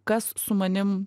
kas su manim